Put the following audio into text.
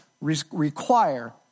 require